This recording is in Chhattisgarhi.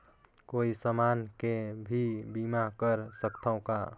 कोई समान के भी बीमा कर सकथव का?